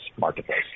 marketplace